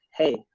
hey